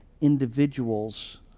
individuals